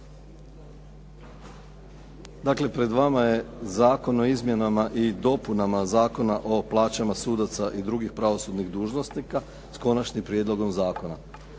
Dakle, pred vama je Zakon o izmjenama i dopunama Zakona o plaćama sudaca i drugih pravosudnih dužnosnika, s konačnim prijedlogom zakona.